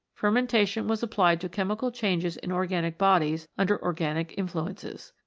fermentation was applied to chemical changes in organic bodies under organic influences.